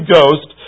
Ghost